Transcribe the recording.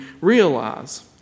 realize